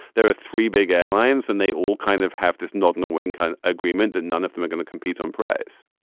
there are three big airlines and they all kind of have this not knowing kind of agreement that none of them are going to compete on price